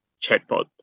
chatbot